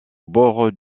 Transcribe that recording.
bord